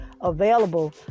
available